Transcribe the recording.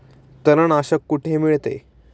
तणनाशक कुठे मिळते?